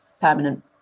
permanent